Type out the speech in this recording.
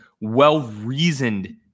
well-reasoned